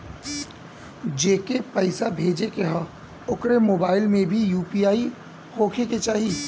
जेके पैसा भेजे के ह ओकरे मोबाइल मे भी यू.पी.आई होखे के चाही?